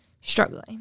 struggling